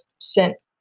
sent